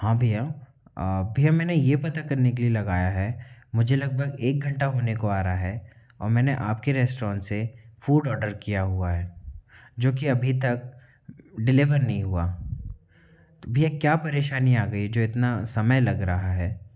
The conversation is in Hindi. हाँ भैया भैया मैंने यह पता करने के लिए लगाया है मुझे लगभग एक घंटा होने को आ रहा है और मैंने आपके रेस्टोरेंट से फ़ूड ऑर्डर किया हुआ है जो की अभी तक डिलीवर नही हुआ भैया क्या परेशानी आ गयी जो इतना समय लग रहा है